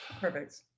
Perfect